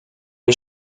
les